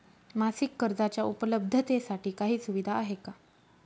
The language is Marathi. मासिक कर्जाच्या उपलब्धतेसाठी काही सुविधा आहे का?